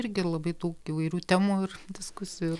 irgi labai tų įvairių temų ir diskusijų